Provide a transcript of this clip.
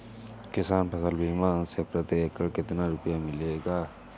किसान फसल बीमा से प्रति एकड़ कितना रुपया मिलेगा?